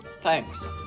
Thanks